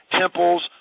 temples